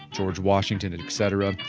george washington and et cetera.